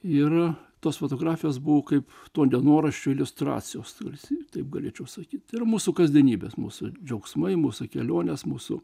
yra tos fotografijos buvo kaip to dienoraščio iliustracijos tarsi taip galėčiau sakyti ir mūsų kasdienybės mūsų džiaugsmai mūsų kelionės mūsų